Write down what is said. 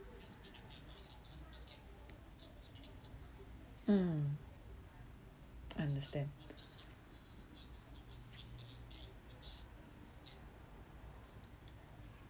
mm understand